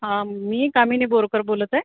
मी कामिनी बोरकर बोलत आहे